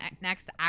next